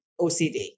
OCD